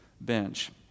bench